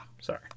Sorry